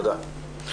תודה.